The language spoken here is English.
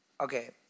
Okay